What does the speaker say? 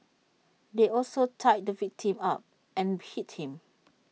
they also tied the victim up and hit him